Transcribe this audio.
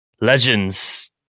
legends